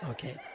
Okay